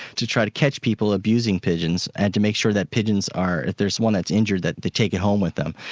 to try to catch people abusing pigeons, and to make sure that pigeons if there's one that's injured, that they take it home with them.